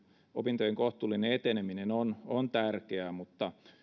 opintojen kohtuullinen eteneminen on on tärkeää mutta